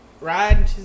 ride